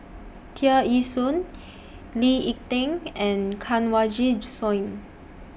Tear Ee Soon Lee Ek Tieng and Kanwaljit Soin